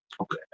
Okay